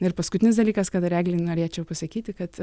ir paskutinis dalykas ką dar eglei norėčiau pasakyti kad